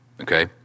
okay